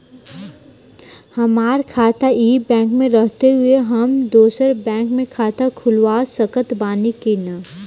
हमार खाता ई बैंक मे रहते हुये हम दोसर बैंक मे खाता खुलवा सकत बानी की ना?